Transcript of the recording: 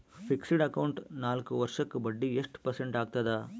Fixed account ನಾಲ್ಕು ವರ್ಷಕ್ಕ ಬಡ್ಡಿ ಎಷ್ಟು ಪರ್ಸೆಂಟ್ ಆಗ್ತದ?